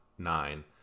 Nine